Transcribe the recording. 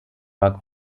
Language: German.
war